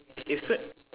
it's a